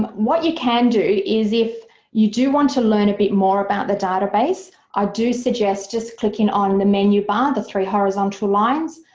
um what you can do is, if you do want to learn a bit more about the database, i do suggest just clicking on the menu bar, the three horizontal lines,